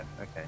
Okay